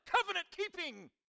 covenant-keeping